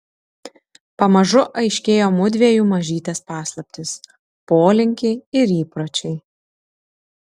pamažu aiškėjo mudviejų mažytės paslaptys polinkiai ir įpročiai